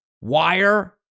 Wire